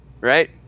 right